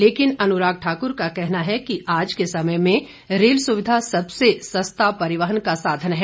लेकिन अनुराग ठाकुर का कहना है कि आज के समय में रेल सुविधा सबसे सस्ता परिवहन का साधन है